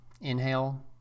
inhale